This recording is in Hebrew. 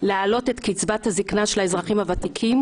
להעלות את קצבת הזקנה של האזרחים הוותיקים,